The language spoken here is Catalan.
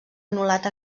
anul·lat